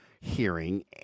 hearing